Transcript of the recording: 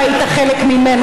שהיית חלק ממנו,